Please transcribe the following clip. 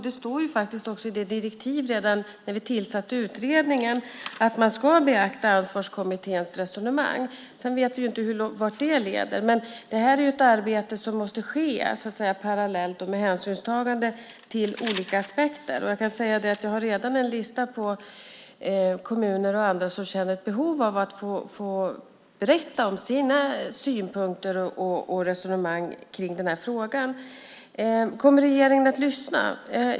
Det stod faktiskt också i direktivet redan när vi tillsatte utredningen att man ska beakta Ansvarskommitténs resonemang. Vi vet inte vart det leder, men det här är ett arbete som måste ske parallellt med hänsynstagande till olika aspekter. Jag har redan en lista på kommuner och andra som känner behov av att få berätta om sina synpunkter och resonemang kring frågan. Kommer regeringen att lyssna?